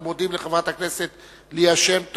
אנחנו מודים לחברת הכנסת ליה שמטוב,